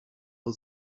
for